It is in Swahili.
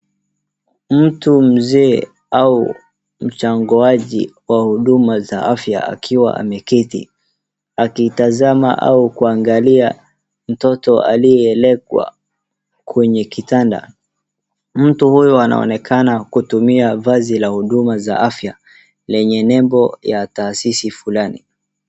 Mtu mzee au mchangoaji wa huduma za afya akiwa ameketi akitazama au kuangalia mtoto aliyeelekwa kwenye kitanda. Mtu huyu anaonekana kutumia vazi la huduma za afya lenye nembo ya taasisi fulani.